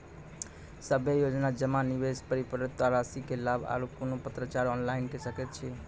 सभे योजना जमा, निवेश, परिपक्वता रासि के लाभ आर कुनू पत्राचार ऑनलाइन के सकैत छी?